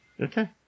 Okay